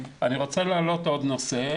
אני רוצה להעלות עוד נושא,